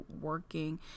working